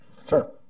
sir